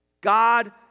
God